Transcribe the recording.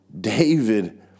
David